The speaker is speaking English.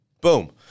Boom